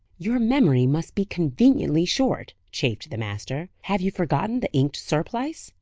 your memory must be conveniently short, chafed the master. have you forgotten the inked surplice?